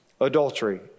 adultery